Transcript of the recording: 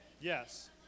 Yes